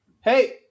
hey